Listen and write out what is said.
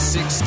Six